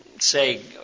Say